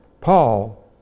Paul